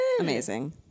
Amazing